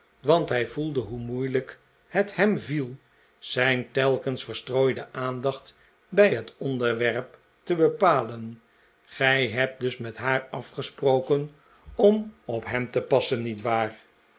want hij voelde hoe moeilijk het hem viel zijn telkens verstrooide aandacht bij het onderwerp te bepalen gij hebt dus met haar afgesproken om op hem te passen niet waar